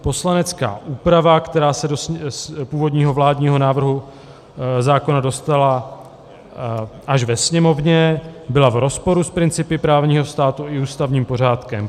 Poslanecká úprava, která se z původního vládního návrhu zákona dostala až do Sněmovny, byla v rozporu s principy právního státu i ústavním pořádkem.